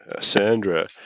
Sandra